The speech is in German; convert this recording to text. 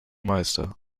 meister